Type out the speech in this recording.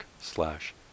slash